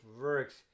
works